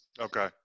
Okay